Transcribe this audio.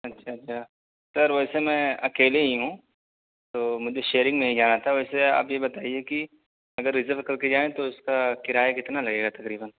اچھا اچھا سر ویسے میں اکیلے ہی ہوں تو مجھے شیئرنگ میں ہی جانا تھا ویسے آپ یہ بتائیے کہ اگر ریزرو کر کے جائیں تو اس کا کرایہ کتنا لگے گا تقریباً